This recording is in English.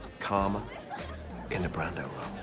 k'harma in the brando